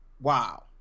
wow